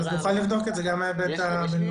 נוכל לבדוק את זה גם מההיבט הבינלאומי.